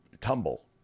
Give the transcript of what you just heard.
tumble